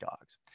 dogs